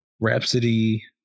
Rhapsody